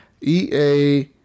EA